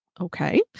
Okay